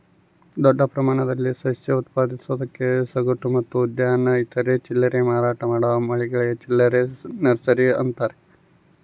ದೊಡ್ಡ ಪ್ರಮಾಣದಲ್ಲಿ ಸಸ್ಯ ಉತ್ಪಾದಿಸೋದಕ್ಕೆ ಸಗಟು ಮತ್ತು ಉದ್ಯಾನ ಇತರೆ ಚಿಲ್ಲರೆ ಮಾರಾಟ ಮಾಡೋ ಮಳಿಗೆ ಚಿಲ್ಲರೆ ನರ್ಸರಿ ಅಂತಾರ